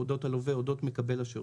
אודות מקבל השירות.